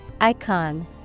Icon